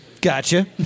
Gotcha